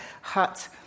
hut